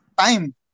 time